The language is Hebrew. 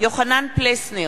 יוחנן פלסנר,